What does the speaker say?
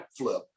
backflip